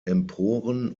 emporen